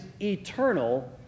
eternal